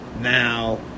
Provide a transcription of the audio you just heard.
Now